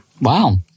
Wow